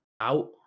out